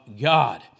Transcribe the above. God